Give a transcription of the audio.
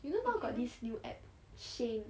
you know now got this new app Shien